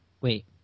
wait